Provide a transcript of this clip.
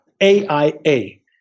A-I-A